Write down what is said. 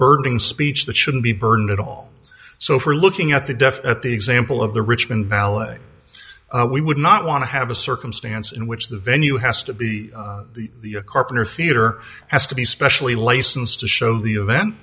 burdening speech that shouldn't be burned at all so for looking at the deaf at the example of the richmond ballet we would not want to have a circumstance in which the venue has to be the carpenter theater has to be specially licensed to show the event